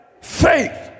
faith